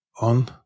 on